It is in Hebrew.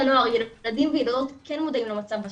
ילדים וילדות כן מודעים למצב בשטח.